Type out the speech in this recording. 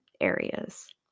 areas